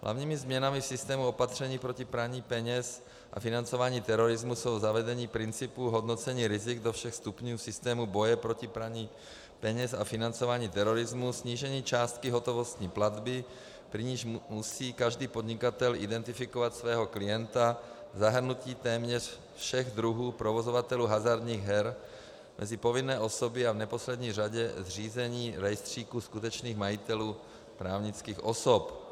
Hlavními změnami v systému opatření proti praní peněz a financování terorismu jsou: zavedení principu hodnocení rizik do všech stupňů systému boje proti praní peněz a financování terorismu, snížení částky hotovostní platby, při níž musí každý podnikatel identifikovat svého klienta, zahrnutí téměř všech druhů provozovatelů hazardních her mezi povinné osoby a v neposlední řadě zřízení rejstříku skutečných majitelů právnických osob.